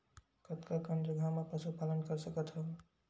कतका कन जगह म पशु पालन कर सकत हव?